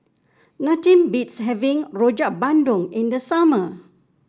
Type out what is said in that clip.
nothing beats having Rojak Bandung in the summer